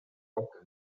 rohkem